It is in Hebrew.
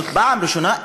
זאת פעם ראשונה,